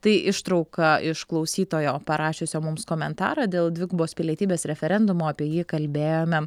tai ištrauka iš klausytojo parašiusio mums komentarą dėl dvigubos pilietybės referendumo apie jį kalbėjome